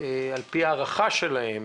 על פי ההערכה שלהם